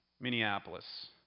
Minneapolis